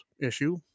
issue